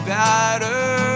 better